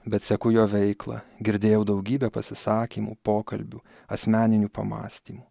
bet seku jo veiklą girdėjau daugybę pasisakymų pokalbių asmeninių pamąstymų